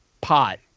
pot